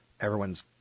everyone's